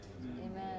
Amen